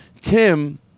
Tim